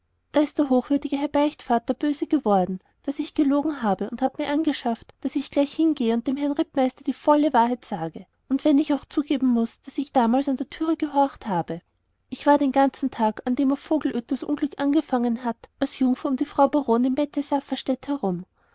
da ist der hochwürdige herr beichtvater böse geworden daß ich gelogen habe und hat mir angeschafft daß ich gleich hingehe und dem herrn rittmeister die volle wahrheit sage und wenn ich auch zugeben muß daß ich damals an der türe gehorcht habe ich war den ganzen tag an dem in vogelöd das unglück angefangen hat als jungfer um die frau baronin mette safferstätt herum